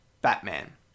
Batman